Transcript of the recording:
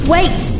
Wait